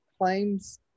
claims